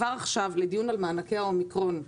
כבר עכשיו לדיון על מענקי האומיקרון.